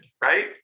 right